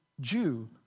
Jew